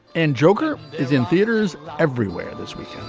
and joker is in theaters everywhere this weekend.